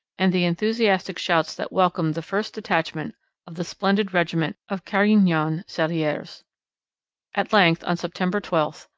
and the enthusiastic shouts that welcomed the first detachment of the splendid regiment of carignan-salieres. at length, on september twelve,